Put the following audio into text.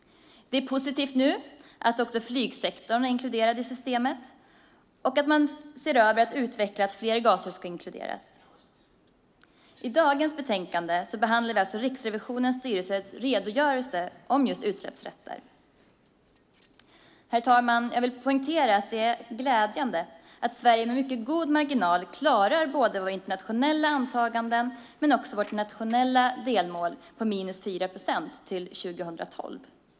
Det är positivt nu att också flygsektorn är inkluderad i systemet och att man ser över att utveckla systemet så att fler gaser ska inkluderas. I dagens betänkande behandlar vi Riksrevisionens styrelses redogörelse om utsläppsrätter. Herr talman! Jag vill poängtera att det är glädjande att Sverige med mycket god marginal klarar både våra internationella antaganden och vårt nationella delmål på 4 procent till 2012.